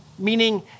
meaning